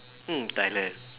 mm Thailand